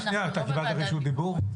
אתה קיבלת רשות דיבור?